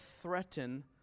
threaten